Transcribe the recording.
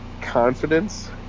confidence